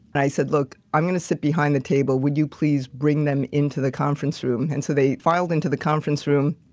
and i said, look, i'm going to sit behind the table, would you please bring them into the conference room. and so they filed into the conference room,